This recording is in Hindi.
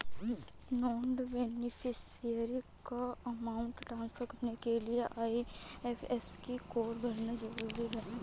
नॉन बेनिफिशियरी को अमाउंट ट्रांसफर करने के लिए आई.एफ.एस.सी कोड भरना जरूरी है